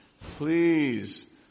Please